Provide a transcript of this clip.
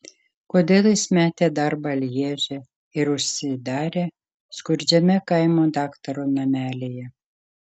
kodėl jis metė darbą lježe ir užsidarė skurdžiame kaimo daktaro namelyje